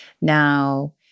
Now